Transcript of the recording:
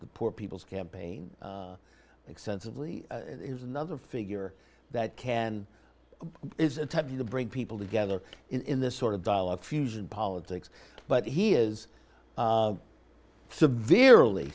the poor people's campaign extensively another figure that can is attempting to bring people together in this sort of dialogue fusion politics but he is severely